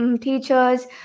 teachers